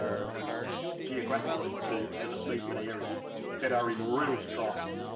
ah geographically to to the seaford area that are in real strife